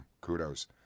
kudos